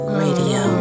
radio